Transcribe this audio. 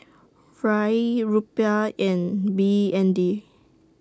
Riel Rupiah and B N D